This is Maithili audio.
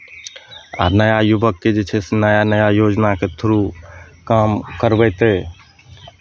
आ नया युवकके जे छै से नया नया योजनाके थ्रू काम करवयतै